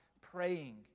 praying